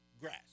grass